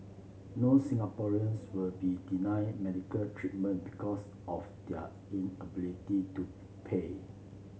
no Singaporeans will be denied medical treatment because of their inability to pay